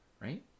right